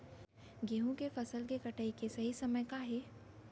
गेहूँ के फसल के कटाई के सही समय का हे?